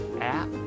app